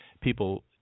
people